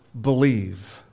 believe